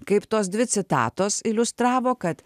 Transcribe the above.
kaip tos dvi citatos iliustravo kad